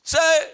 Say